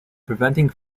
preventing